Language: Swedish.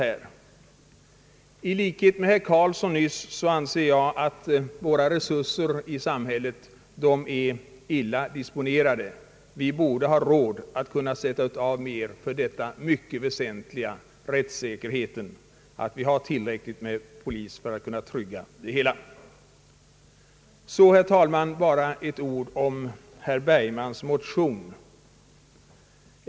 I likhet med herr Vilhelm Eric Carlsson, som talade nyss, anser jag att våra resurser i samhället är illa disponerade. Vi borde ha råd att sätta av mer för detta mycket väsentliga område, så att vi får tillräckligt med poliser för att kunna trygga rättssäkerheten. Till slut vill jag, herr talman, bara säga några ord om herr Bergmans motion.